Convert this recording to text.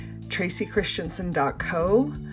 tracychristiansen.co